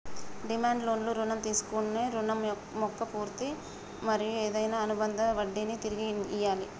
demand లోన్లు రుణం తీసుకొన్నోడి రుణం మొక్క పూర్తి మరియు ఏదైనా అనుబందిత వడ్డినీ తిరిగి ఇయ్యాలి